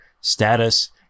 status